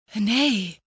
Nay